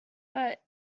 but